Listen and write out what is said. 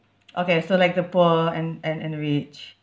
okay so like the poor and and and the rich